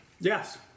Yes